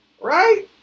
right